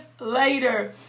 later